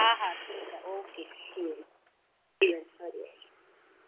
हा हा ठीकु आहे ओके जी जी हरिओम